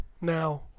now